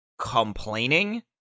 complaining